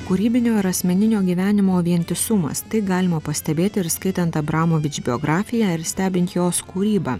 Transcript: kūrybinio ar asmeninio gyvenimo vientisumas tai galima pastebėti ir skaitant abramovič biografiją ir stebint jos kūrybą